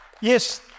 Yes